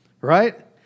right